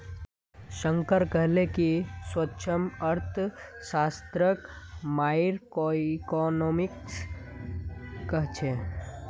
शंकर कहले कि सूक्ष्मअर्थशास्त्रक माइक्रोइकॉनॉमिक्सो कह छेक